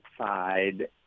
side